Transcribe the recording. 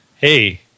hey